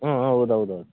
ಹ್ಞೂ ಹ್ಞೂ ಹೌದು ಹೌದು ಹೌದು